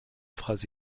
phrases